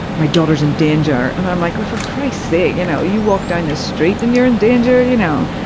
my daughter's in danger, and i'm like, oh for christ's sake, you know, you walk down the street and you're in danger, you know.